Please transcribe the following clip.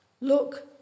Look